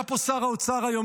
היה פה שר האוצר היום.